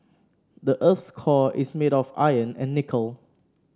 the earth's core is made of iron and nickel